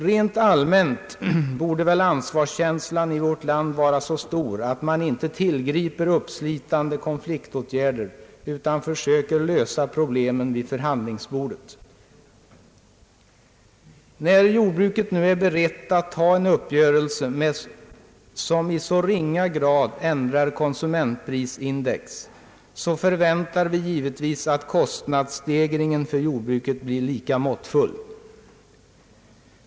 Rent allmänt borde väl ansvarskänslan i vårt land vara så stor att man inte tillgriper uppslitande konflikter utan söker lösa problemen vid förhandlingsbordet. När jordbruket nu är berett att ta en uppgörelse som i så ringa grad ändrar konsumentprisindex, förväntar vi givetvis att kostnadsstegringen för jordbruket blir lika måttfull.